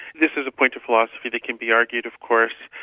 this is a point of philosophy that can be argued of course,